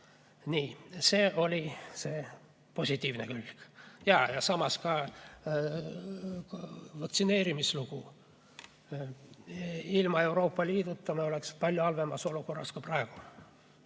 Nii, see oli positiivne külg. Ja ka vaktsineerimislugu – ilma Euroopa Liiduta me oleks palju halvemas olukorras kui praegu. Aga